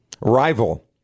rival